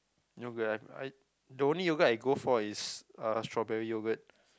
you know have the only yogurt I go for is uh strawberry yogurt